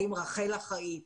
האם רח"ל אחראי?